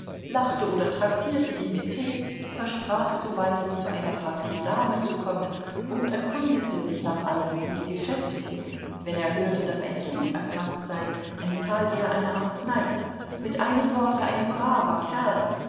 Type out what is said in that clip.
lachte oder traktierte ihn mit tee versprach zuweilen zu einer partie dame zu kommen und erkundigte sich nach allem wie die geschäfte gingen wenn er hörte daß ein kind erkrankt sei empfahl er eine arznei mit einem worte ein braver kerl